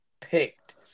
picked